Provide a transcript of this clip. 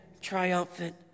triumphant